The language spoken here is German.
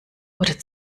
oder